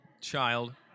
child